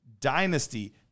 DYNASTY